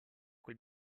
quel